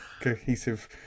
cohesive